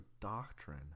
doctrine